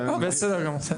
בסדר גמור.